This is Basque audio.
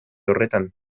horretan